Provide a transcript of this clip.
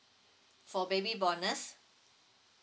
for baby bonus